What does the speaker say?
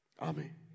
Amen